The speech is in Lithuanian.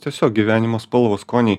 tiesiog gyvenimo spalvos skoniai